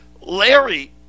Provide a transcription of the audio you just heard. Larry